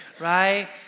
right